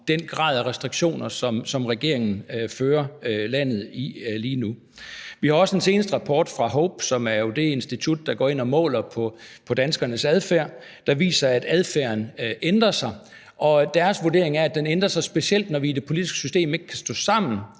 den grad af restriktioner, som regeringen fører landet med lige nu. Vi har også den seneste rapport fra HOPE, som jo er det institut, der går ind og måler på danskernes adfærd, der viser, at adfærden ændrer sig. Deres vurdering er, at den specielt ændrer sig, når vi i det politiske system ikke kan stå sammen